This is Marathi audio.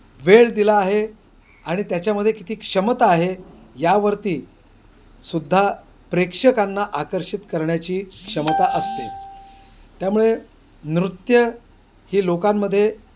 वेळ दिला आहे आणि त्याच्यामध्ये किती क्षमता आहे यावरती सुद्धा प्रेक्षकांना आकर्षित करण्याची क्षमता असते त्यामुळे नृत्य ही लोकांमध्ये